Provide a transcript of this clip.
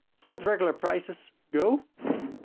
set the regular prices, go,